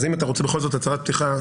אז אם אתה רוצה בכל זאת הצהרת פתיחה,